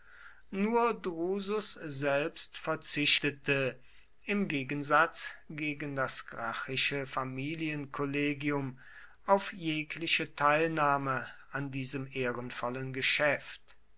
nur drusus selbst verzichtete im gegensatz gegen das gracchische familienkollegium auf jegliche teilnahme an diesem ehrenvollen geschäft